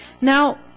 Now